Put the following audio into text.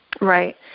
Right